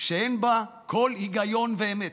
שאין בה כל היגיון ואמת.